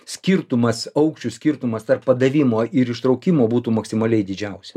skirtumas aukščių skirtumas tarp padavimo ir ištraukimo būtų maksimaliai didžiausi